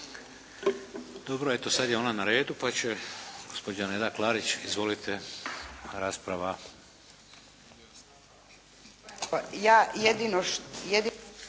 Dobro, eto sad je ona na redu pa će gospođa Neda Klarić. Izvolite. Rasprava.